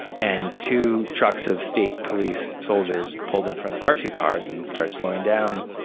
and two trucks of state police soldiers pulled in front of our two cars and started slowing down.